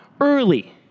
early